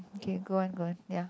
okay go on go on ya